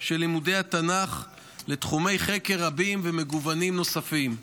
של לימודי התנ"ך לתחומי חקר רבים ומגוונים נוספים.